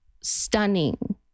stunning